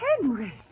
Henry